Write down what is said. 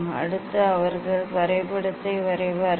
அடுத்து அவர்கள் வரைபடத்தை வரைவார்கள்